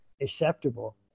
acceptable